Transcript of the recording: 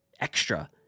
extra